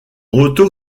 retour